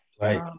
Right